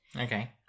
Okay